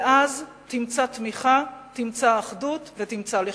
ואז תמצא תמיכה, תמצא אחדות ותמצא לכידות.